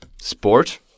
sport